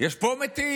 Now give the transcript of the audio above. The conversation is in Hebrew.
יש פה מתים,